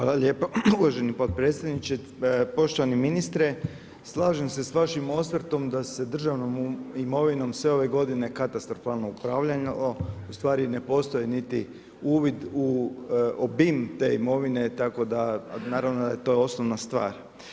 Hvala lijepo uvaženi potpredsjedniče, poštovani ministre, slažem se s vašim osvrtom, da se državnom imovinom, sve ove godine, katastrofalno upravljalo, ustvari ne postoji niti uvid u obim te imovine, tako da naravno da je to osnovna stvar.